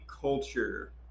culture